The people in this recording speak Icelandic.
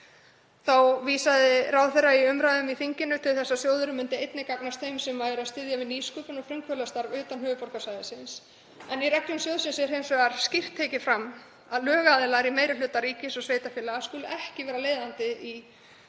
Þá vísaði ráðherra í umræðum í þinginu til þess að sjóðurinn myndi einnig gagnast þeim sem styðja við nýsköpun og frumkvöðlastarf utan höfuðborgarsvæðisins. Í reglum sjóðsins er hins vegar skýrt tekið fram að lögaðilar í meirihlutaeigu ríkis eða sveitarfélaga skuli ekki vera leiðandi aðili